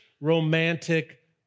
romantic